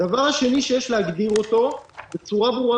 הדבר השני שיש להגדיר אותו בצורה ברורה